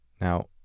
Now